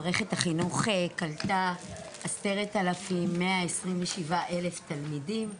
מערכת החינוך קלטה 10 אלפים ו-127 אלף תלמדים.